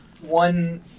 one